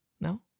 No